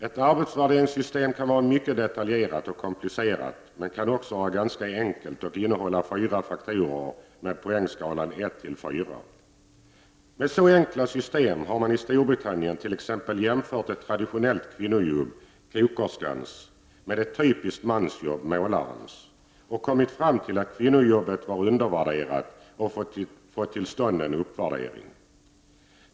Ett arbetsvärderingssystem kan vara mycket detaljerat och komplicerat men kan också vara ganska enkelt och innehålla fyra faktorer med en poängskala 1-4. Med så enkla system har man i Storbritannien t.ex. jämfört ett traditionellt kvinnojobb, kokerskans, med ett typiskt mansjobb, målarens, kommit fram till att kvinnojobbet var undervärderat och fått till stånd en uppvärdering.